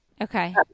Okay